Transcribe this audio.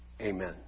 Amen